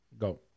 go